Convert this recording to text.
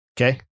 okay